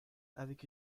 avec